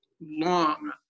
long